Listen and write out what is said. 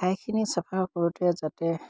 ঠাইখিনি চাফা কৰোঁতে যাতে